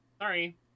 Sorry